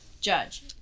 Judge